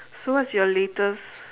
so what's your latest